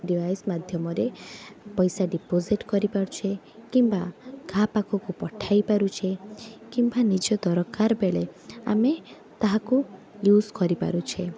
device ମାଧ୍ୟମରେ ପଇସା deposit କରିପାରୁଛେ କିମ୍ବା କାହାପାଖକୁ ପଠାଇ ପାରୁଛେ କିମ୍ବା ନିଜ ଦରକାର ବେଳେ ଆମେ ତାହାକୁ ୟୁଜ୍ କରିପାରୁଛେ